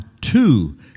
two